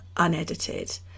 unedited